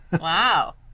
Wow